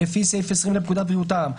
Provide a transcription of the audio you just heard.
לפי סעיף 20 לפקודת בריאות העם,